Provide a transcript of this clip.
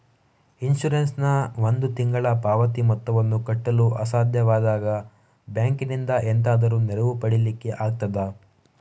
Insurance ನ ಒಂದು ತಿಂಗಳ ಪಾವತಿ ಮೊತ್ತವನ್ನು ಕಟ್ಟಲು ಅಸಾಧ್ಯವಾದಾಗ ಬ್ಯಾಂಕಿನಿಂದ ಎಂತಾದರೂ ನೆರವು ಪಡಿಲಿಕ್ಕೆ ಆಗ್ತದಾ?